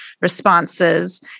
responses